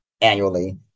annually